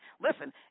Listen